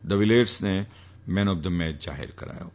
દ વિલેર્સને man of the match જાહેર કરાયો છે